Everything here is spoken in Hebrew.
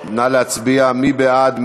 נא להצביע, מי בעד?